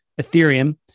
Ethereum